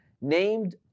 named